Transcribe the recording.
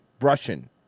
russian